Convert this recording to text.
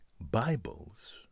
Bibles